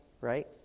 Right